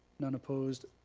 none opposed.